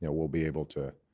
yeah we'll be able to